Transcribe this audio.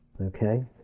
Okay